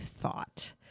thought